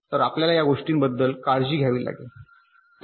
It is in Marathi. तर आपल्याला या गोष्टींबद्दल काळजी घ्यावी लागेल